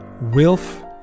Wilf